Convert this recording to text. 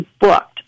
booked